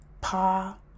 Pa